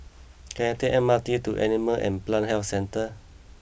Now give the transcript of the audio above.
can I take M R T to Animal and Plant Health Centre